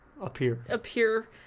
appear